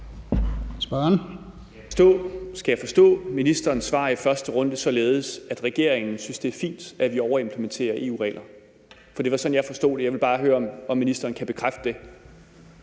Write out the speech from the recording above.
(DF): Skal jeg forstå ministerens svar i første runde således, at regeringen synes, det er fint, at vi overimplementerer EU-regler? For det var sådan, jeg forstod det. Jeg vil bare høre, om ministeren kan bekræfte det.